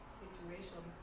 situation